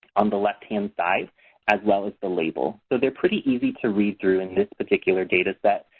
on the left-hand side as well as the label. so they're pretty easy to read through in this particular data set.